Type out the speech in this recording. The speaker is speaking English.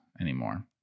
anymore